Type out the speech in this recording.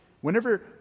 whenever